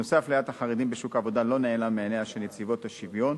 נושא אפליית החרדים בשוק העבודה לא נעלם מעיניה של נציבות השוויון,